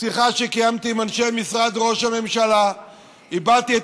בשיחה שקיימתי עם אנשי משרד ראש הממשלה הבעתי את